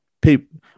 people